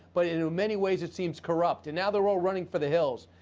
but you know many ways it seems corrupt. and ah they are all running for the hills.